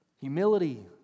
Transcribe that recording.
Humility